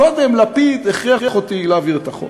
קודם לפיד הכריח אותי להעביר את החוק,